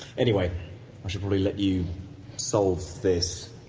anyway, i should probably let you solve this.